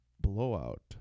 blowout